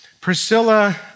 Priscilla